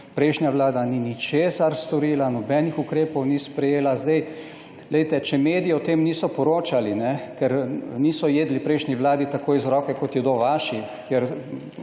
prejšnja vlada ni ničesar storila, nobenih ukrepov ni sprejela. Glejte, če mediji o tem niso poročali, ker niso jedli prejšnji vladi tako iz roke, kot jedo vaši,